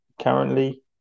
currently